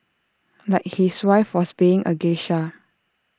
like his wife was being A geisha